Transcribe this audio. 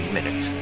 Minute